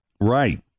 Right